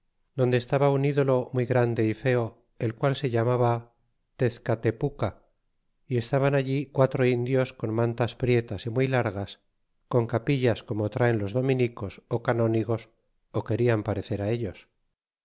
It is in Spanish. donde estaba un ídolo muy grande y feo el qual se llamaba tezcatepuca y estaban allí quatro indios con mantas prietas y muy largas con capillas como traen los dominicos ó canónigos ó querian parecer ellos